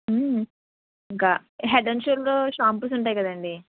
ఇంకా head and shoulders shampoos ఉంటాయి కదండీ